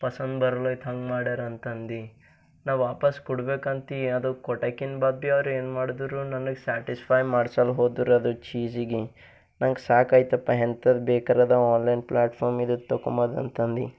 ಪಸಂದ್ ಬರ್ಲೈತು ಹಂಗ ಮಾಡ್ಯಾರ ಅಂತಂದು ನಾ ವಾಪಾಸ್ ಕೊಡ್ಬೇಕಂತ ಅದು ಕೊಟಕಿನ ಬಾದ್ಬಿಯವ್ರು ಏನ್ಮಾಡಿದ್ರೂ ನನಗೆ ಸಾಟಿಸ್ಫೈ ಮಾಡ್ಸಲ್ಲ ಹೋದರು ಅದು ಚೀಸಿಗಿ ನಂಗೆ ಸಾಕಾಯ್ತಪ್ಪ ಎಂತದ್ ಬೇಕರದ ಆನ್ಲೈನ್ ಪ್ಲಾಟ್ಫಾರ್ಮ್ ಇರೋದು ತಗೊಂಬೋದಂತಂದಿ